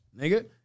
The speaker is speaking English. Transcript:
nigga